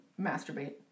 masturbate